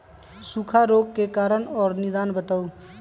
सूखा रोग के कारण और निदान बताऊ?